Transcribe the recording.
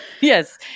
Yes